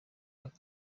aka